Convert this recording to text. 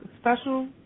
special